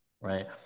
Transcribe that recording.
right